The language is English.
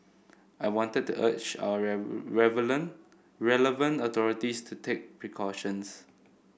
I wanted to urge our relevant authorities to take precautions